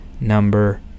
Number